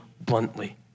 bluntly